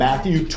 Matthew